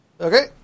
Okay